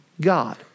God